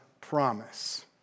promise